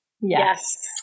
Yes